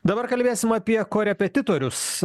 dabar kalbėsim apie korepetitorius